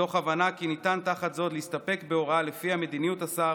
מתוך הבנה כי ניתן תחת זאת להסתפק בהוראה שלפיה מדיניות השר